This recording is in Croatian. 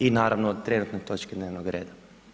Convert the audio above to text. I naravno o trenutnoj točki dnevnog reda.